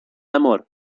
amor